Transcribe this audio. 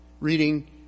reading